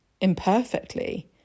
imperfectly